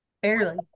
Barely